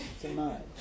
tonight